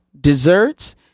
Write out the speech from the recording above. desserts